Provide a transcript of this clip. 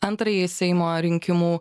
antrąjį seimo rinkimų